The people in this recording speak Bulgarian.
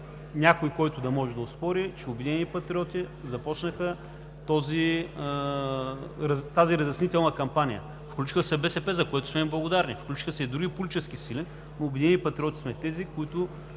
някой, който да може да оспори, че „Обединени патриоти“ започнаха тази разяснителна кампания. Включиха се БСП, за което сме им благодарни, включиха се и други политически сили, но „Обединени патриоти“ сме тези, които…